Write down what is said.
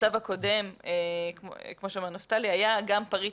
בצו הקודם כמו שאמר נפתלי היה גם פריט